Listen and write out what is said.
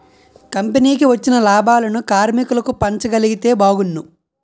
కంపెనీకి వచ్చిన లాభాలను కార్మికులకు పంచగలిగితే బాగున్ను